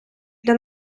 для